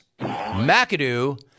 McAdoo